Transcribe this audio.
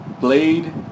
Blade